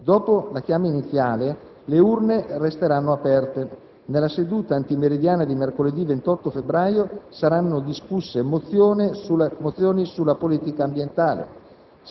Dopo la chiama iniziale, le urne resteranno aperte. Nella seduta antimeridiana di mercoledì 28 febbraio saranno discusse mozioni sulla politica ambientale.